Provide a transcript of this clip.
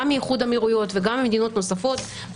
גם מאיחוד האמירויות וגם ממדינות נוספות,